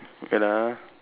wait ah